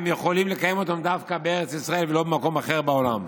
יכולים לקיים אותן דווקא בארץ ישראל ולא במקום אחר בעולם.